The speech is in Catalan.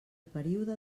període